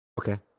Okay